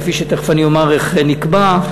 כפי שתכף אני אומר איך נקבע,